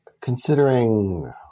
Considering